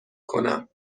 کنم